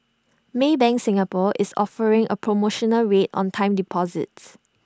maybank Singapore is offering A promotional rate on time deposits